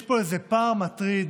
יש פה איזה פער מטריד